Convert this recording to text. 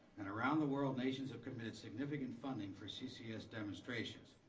and around the world nations have committed significant finding for ccs demonstrations,